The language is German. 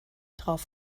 drauf